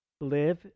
Live